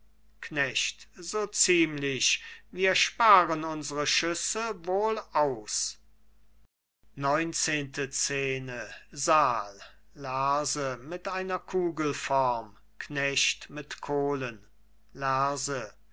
knecht so ziemlich wir sparen unsere schüsse wohl aus lerse mit einer kugelform knecht mit kohlen lerse